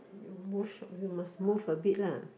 you more shiok you must move a bit lah